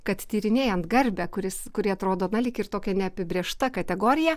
kad tyrinėjant garbę kuris kuri atrodo lyg ir tokia neapibrėžta kategorija